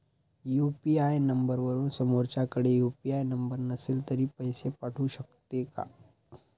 UPI नंबरवरून समोरच्याकडे UPI number नसेल तरी पैसे पाठवू शकते का?